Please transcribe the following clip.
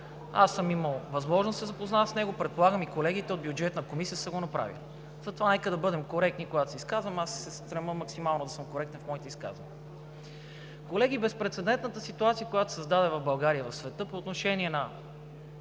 Аз съм имал възможност да се запозная с него, предполагам и колегите от Бюджетната комисия са го направили, затова нека да бъдем коректни, когато се изказваме. Аз се стремя максимално да съм коректен в моите изказвания. Колеги, безпрецедентната ситуация, която се създаде в България и в света по отношение на